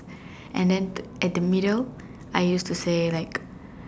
and then at the middle I used to say like